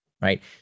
right